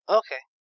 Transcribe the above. okay